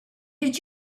did